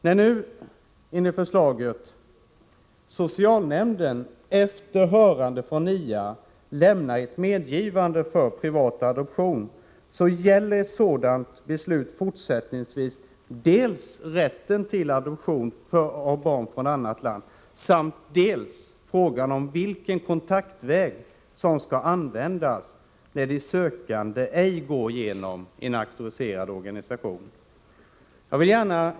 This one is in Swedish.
När nu, enligt förslaget, socialnämnden efter hörande av NIA lämnar ett medgivande för privat adoption, gäller ett sådant beslut fortsättningsvis dels adoption av barn från annat land, dels vilken kontaktväg som skall användas när de sökande ej går genom en auktoriserad organisation.